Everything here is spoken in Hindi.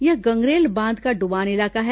यह गंगरेल बांध का डुबान इलाका है